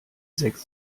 sechs